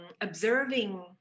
observing